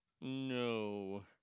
No